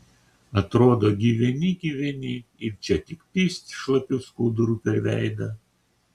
atrodo gyveni gyveni ir čia tik pyst šlapiu skuduru per veidą